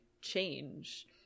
change